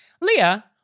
Leah